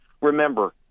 remember